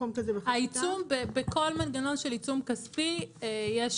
העיצום בכל מנגנון של עיצום כספי יש